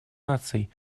наций